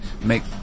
make